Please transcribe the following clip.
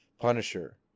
Punisher